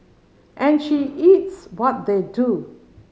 and she eats what they do